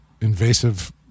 invasive